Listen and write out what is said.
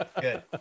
good